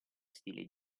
stile